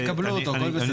תקבלו אותו.